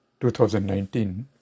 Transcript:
2019